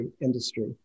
industry